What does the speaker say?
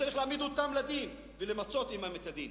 וצריך להעמיד אותם לדין ולמצות עמם את הדין.